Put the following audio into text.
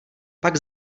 pak